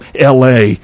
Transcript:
la